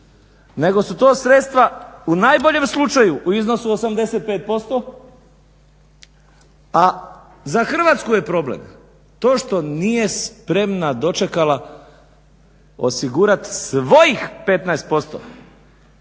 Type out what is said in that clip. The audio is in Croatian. nego su to sredstva u najboljem slučaju u iznosu 85%, a za Hrvatsku je problem to što nije spremna dočekala osigurati svojih 15%.